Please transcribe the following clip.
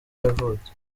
yavutse